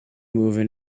movement